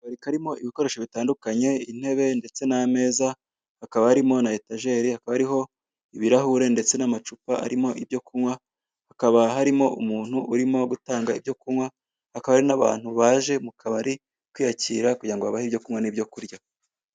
Akabari karimo ibikoresho bitandukanye; intebe ndetse n'ameza, hakaba harimo na etajeri, hakaba hariho ibirahure ndetse n'amacupa arimo ibyo kunywa, hakaba harimo umuntu urimo gutanga ibyo kunywa, hakaba hari n'abantu baje mu kabari kwiyakira kugira ngo babahe ibyo kunywa n'ibyo kurya.